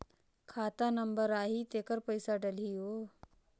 खाता नंबर आही तेकर पइसा डलहीओ?